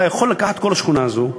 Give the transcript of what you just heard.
אתה יכול לקחת את כל השכונה הזו,